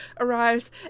arrives